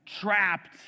trapped